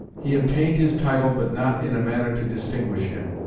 he obtained his title, but not in a manner to distinguish him.